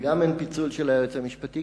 וגם אין פיצול של היועץ המשפטי.